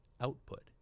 output